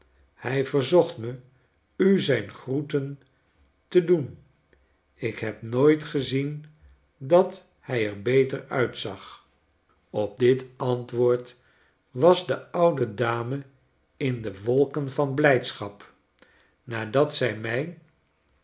hij verzocht me u zijn groete te doen ik heb nooit gezien dat hij er beter uitzag op dit antwoord was de oude dame in de wolken van blijdschap nadat zij mij